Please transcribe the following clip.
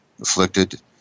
afflicted